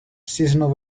seasonal